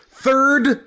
Third